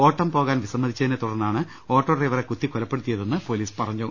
ഓട്ടം പോകാൻ വിസമ്മതി ച്ചതിനെ തുടർന്നാണ് ഓട്ടോ ഡ്രൈവറെ കുത്തി കൊലപ്പെടുത്തിയതെന്ന് പൊലീസ് പറഞ്ഞു